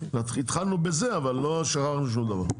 התחלנו בזה, אבל לא שכחנו שום דבר.